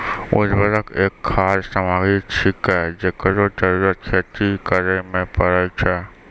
उर्वरक एक खाद सामग्री छिकै, जेकरो जरूरत खेती करै म परै छै